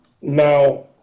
Now